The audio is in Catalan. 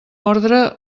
ordre